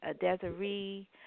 Desiree